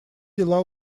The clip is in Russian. дела